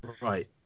right